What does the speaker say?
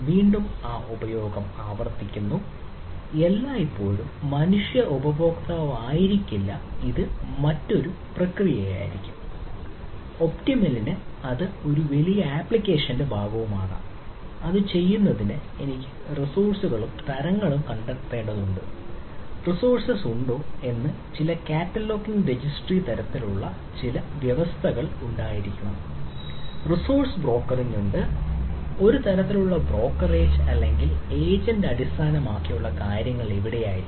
വീണ്ടും ആ ഉപയോഗം ആവർത്തിക്കുന്നു എല്ലായ്പ്പോഴും മനുഷ്യ ഉപയോക്താവായിരിക്കില്ല ഇത് മറ്റൊരു പ്രക്രിയയായിരിക്കാം